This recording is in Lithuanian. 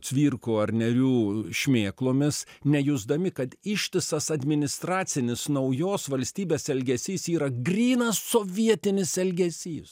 cvirkų ar nėrių šmėklomis nejusdami kad ištisas administracinis naujos valstybės elgesys yra grynas sovietinis elgesys